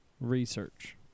research